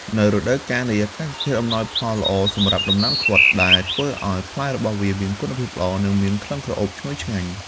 នៅរដូវកាលនេះ អាកាសធាតុអំណោយផលល្អសម្រាប់ដំណាំខ្វិត ដែលធ្វើឲ្យផ្លែរបស់វាមានគុណភាពល្អ និងមានក្លិនក្រអូបឈ្ងុយឆ្ងាញ់។